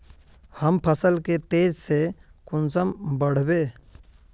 हम फसल के तेज से कुंसम बढ़बे?